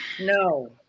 No